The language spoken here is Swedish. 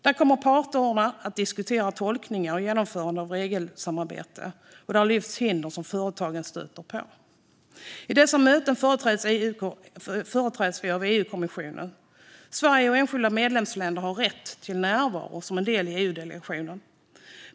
Där kommer parterna att diskutera tolkningar och genomförande av regelsamarbete, och där lyfts hinder som företagen stöter på. I dessa möten företräds vi av EU-kommissionen. Sverige och enskilda medlemsstater har rätt till närvaro som en del i EU-delegationen.